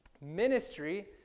ministry